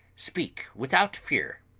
speak, without fear!